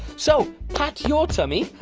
so pat your tummy.